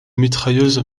mitrailleuse